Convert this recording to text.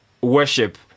worship